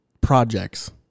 projects